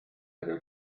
wyt